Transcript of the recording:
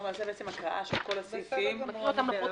בסדר גמור, אני בעד.